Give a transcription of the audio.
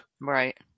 Right